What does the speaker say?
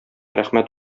рәхмәт